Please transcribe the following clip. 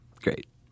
Great